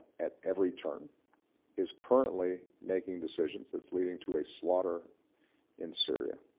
at every turn is currently making decisions that's leading to a slaughter in syria.